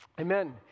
Amen